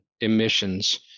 emissions